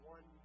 One